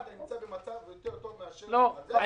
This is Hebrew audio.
אם אין אישור הפקעה אתה נמצא במצב טוב יותר מאשר --- נהפוך הוא.